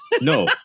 No